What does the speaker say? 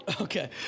Okay